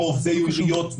כמו עובדי עיריות,